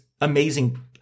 amazing –